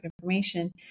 information